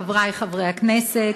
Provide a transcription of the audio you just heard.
חברי חברי הכנסת,